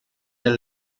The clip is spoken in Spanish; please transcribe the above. del